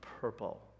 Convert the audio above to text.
purple